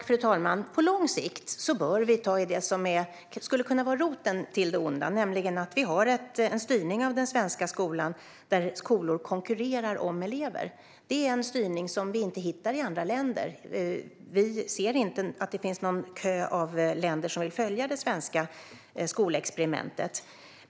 Fru talman! På lång sikt bör vi ta tag i det som kan vara roten till det onda, nämligen att vi har en styrning av den svenska skolan där skolor konkurrerar om elever. Denna styrning hittar vi inte i andra länder - vi ser ingen kö av länder som vill följa det svenska skolexperimentet.